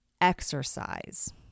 Exercise